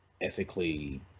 ethically